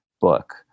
book